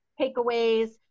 takeaways